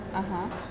(uh huh)